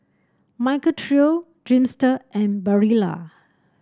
Michael Trio Dreamster and Barilla